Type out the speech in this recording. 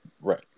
Right